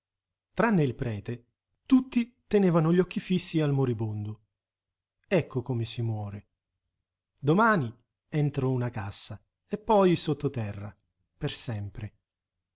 tranne il prete tutti tenevano gli occhi fissi al moribondo ecco come si muore domani entro una cassa e poi sotterra per sempre